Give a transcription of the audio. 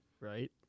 right